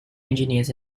engineers